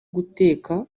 guteka